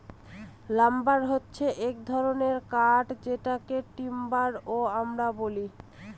lumber হছে এক ধরনের কাঠ যেটাকে টিম্বার ও আমরা বলি